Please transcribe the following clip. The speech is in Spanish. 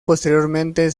posteriormente